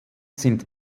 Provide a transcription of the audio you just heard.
sind